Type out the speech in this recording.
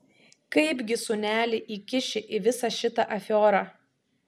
kaipgi sūnelį įkiši į visą šitą afiorą